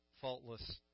faultless